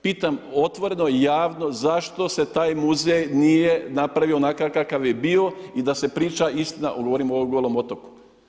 Pitam otvoreno javno, zašto se taj muzej nije napravio onakav kakav je bio i da se priča istina, govorimo o Golom otoku.